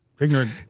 ignorant